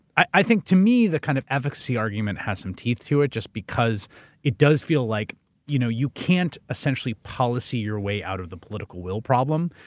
i think to me the kind of efficacy argument has some teeth to it just because it does feel like you know you can't, essentially, policy your way out of the political will problem.